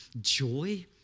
joy